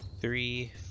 three